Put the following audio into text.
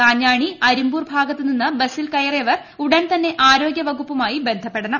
കാഞ്ഞാണി അരിമ്പൂർ ഭാഗത്ത് നിന്ന് ബ്ലിൽ കയറിയവർ ഉടൻ തന്നെ ആരോഗ്യ വകുപ്പുമായി ബ്ന്ധപ്പെടണം